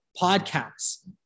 podcasts